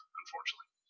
unfortunately